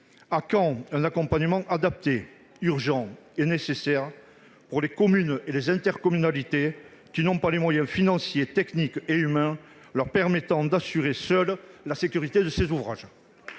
À quand un accompagnement adapté, urgent et nécessaire, pour les communes et les intercommunalités qui n'ont pas les moyens financiers, techniques et humains requis pour assurer, seules, la sécurité de ces ouvrages ?